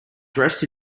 dressed